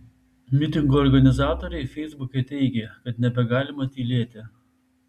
mitingo organizatoriai feisbuke teigė kad nebegalima tylėti